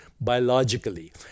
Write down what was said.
biologically